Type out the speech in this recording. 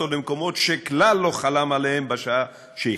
למקומות שכלל לא חלם עליהם בשעה שהחליט".